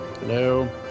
Hello